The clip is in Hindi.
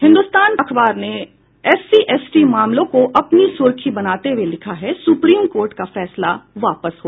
हिन्दुस्तान अखबार ने एससी एसटी मामले को अपनी सुर्खी बनाते हुये लिखा है सुप्रीम कोर्ट का फैसला वापस हो